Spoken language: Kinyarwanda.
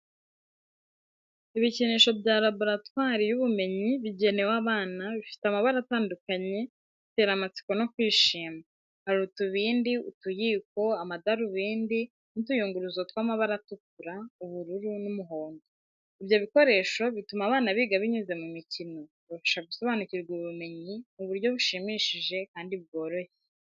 Ibikinisho bya laboratoire y’ubumenyi bigenewe abana bifite amabara atandukanye bitera amatsiko no kwishima. Hari utubindi, utuyiko, amadarubindi n’utuyunguruzo tw’amabara atukura, ubururu n’umuhondo. Ibyo bikoresho bituma abana biga binyuze mu mikino, bibafasha gusobanukirwa ubumenyi mu buryo bushimishije kandi bworoshye.